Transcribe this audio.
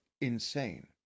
insane